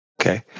Okay